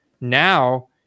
now